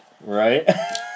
Right